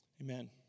Amen